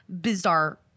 bizarre